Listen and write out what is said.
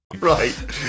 Right